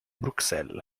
bruxelles